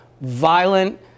violent